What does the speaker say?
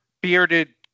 bearded